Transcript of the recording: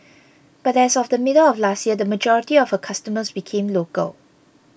but as of the middle of last year the majority of her customers became local